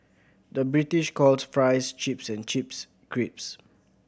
the British calls fries chips and chips crisps